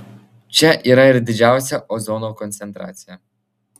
čia yra ir didžiausia ozono koncentracija